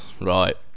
Right